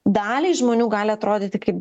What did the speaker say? daliai žmonių gali atrodyti kaip